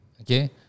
Okay